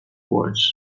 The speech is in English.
words